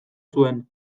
zuen